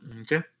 Okay